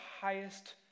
highest